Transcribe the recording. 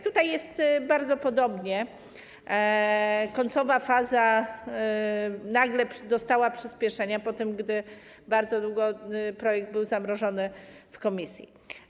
Tutaj jest bardzo podobnie, w końcowej fazie nagle nastąpiło przyspieszenie, po tym gdy bardzo długo projekt był zamrożony w komisji.